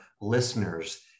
listeners